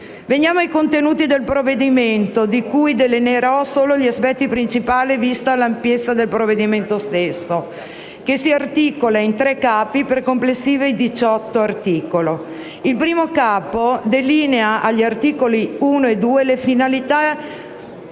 Veniamo ai contenuti del provvedimento, dei quali delineerò solo gli aspetti principali, vista l'ampiezza del provvedimento stesso, che si articola in tre capi, per complessivi 18 articoli. Il Capo I delinea, agli articoli 1 e 2, finalità